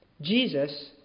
Jesus